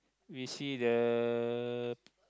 we see the